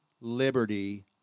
liberty